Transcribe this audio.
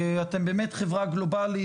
אתם באמת חברה גלובלית.